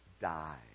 die